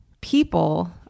people